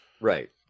right